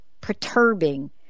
perturbing